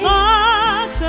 box